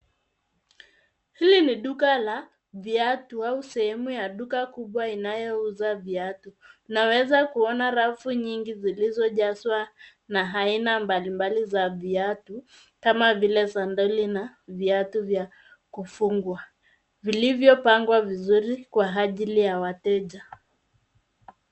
Hili ni duka la viatu au sehemu ya duka kubwa inayouza viatu. Naweza kuona rafu nyingi zilizojazwa na aina mbalimbali za viatu kama vile sandali na viatu vya kufungwa vilivyopangwa vizuri kwa ajili ya wateja.